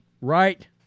right